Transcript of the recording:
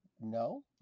No